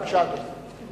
בבקשה, אדוני.